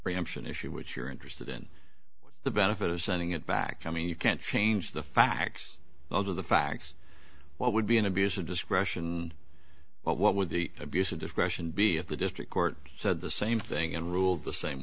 preemption issue which you're interested in the benefit of sending it back i mean you can't change the facts alter the facts what would be an abuse of discretion but what would the abuse of discretion be if the district court said the same thing and ruled the same